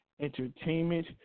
Entertainment